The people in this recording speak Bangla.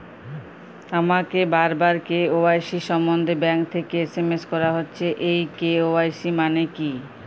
আমাকে বারবার কে.ওয়াই.সি সম্বন্ধে ব্যাংক থেকে এস.এম.এস করা হচ্ছে এই কে.ওয়াই.সি মানে কী?